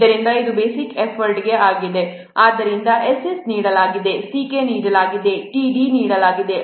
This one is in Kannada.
ಆದ್ದರಿಂದ ಇದು ಬೇಸಿಕ್ ಎಫರ್ಟ್ k ಆಗಿದೆ ಆದ್ದರಿಂದ S s ನೀಡಲಾಗಿದೆ Ck ನೀಡಲಾಗಿದೆ t d ನೀಡಲಾಗಿದೆ